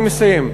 אני מסיים.